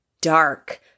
dark